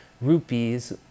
Rupees